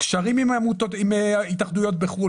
קשרים עם התאחדויות בחו"ל,